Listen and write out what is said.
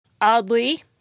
Oddly